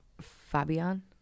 Fabian